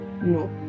no